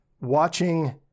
watching